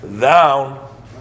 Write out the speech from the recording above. down